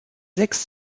sechs